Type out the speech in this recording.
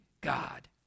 God